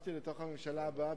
נדחפתי לתוך הממשלה הבאה,